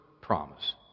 promise